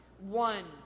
one